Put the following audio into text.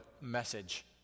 message